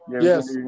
Yes